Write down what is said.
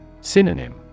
Synonym